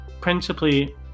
principally